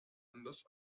anders